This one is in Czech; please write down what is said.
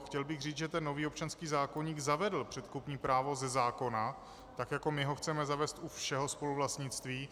Chtěl bych říct, že nový občanský zákoník zavedl předkupní právo ze zákona, tak jak ho my chceme zavést u všeho spoluvlastnictví.